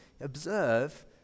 Observe